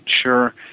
sure